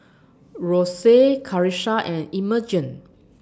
Rosey Karissa and Imogene